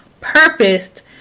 purposed